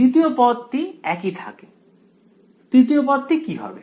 দ্বিতীয় পদটি একই থাকে তৃতীয় পদটি কি হবে